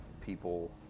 people